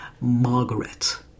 Margaret